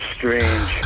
strange